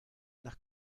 nach